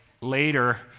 later